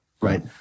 right